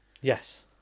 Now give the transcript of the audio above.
Yes